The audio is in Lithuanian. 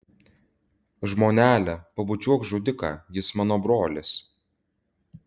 žmonele pabučiuok žudiką jis mano brolis